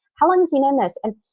how long has he known this? and,